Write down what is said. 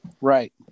Right